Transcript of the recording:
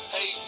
Hey